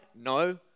No